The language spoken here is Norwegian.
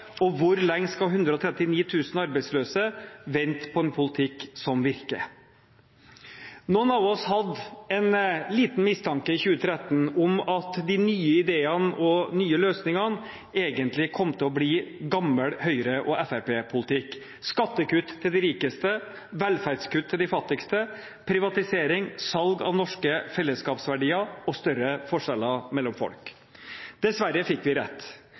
og hvor lenge skal 139 000 arbeidsløse vente på en politikk som virker? Noen av oss hadde i 2013 en liten mistanke om at de nye ideene og nye løsningene egentlig kom til å bli gammel Høyre- og Fremskrittsparti-politikk: skattekutt til de rikeste, velferdskutt til de fattigste, privatisering, salg av norske fellesskapsverdier og større forskjeller mellom folk. Dessverre fikk vi rett.